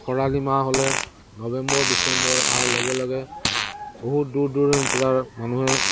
খৰালি মাহ হ'লে নৱেম্বৰ ডিচেম্বৰ আৰু লগে লগে বহুত দূৰ দূৰণি পৰা মানুহে